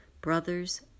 brothers